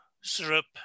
syrup